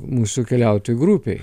mūsų keliautojų grupei